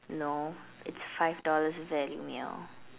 no it's five dollars value meal